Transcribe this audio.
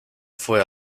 fue